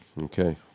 Okay